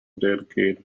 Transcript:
dedicated